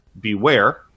beware